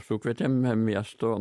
sukvietėme miesto